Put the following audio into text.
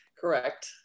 Correct